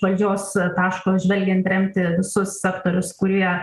valdžios taško žvelgiant remti visus sektorius kurie